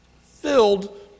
Filled